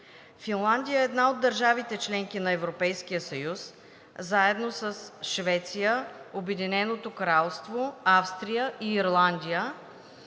Финландия е една от държавите – членки на Европейския съюз, заедно с Швеция, Обединеното кралство, Австрия и Ирландия,